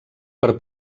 per